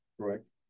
correct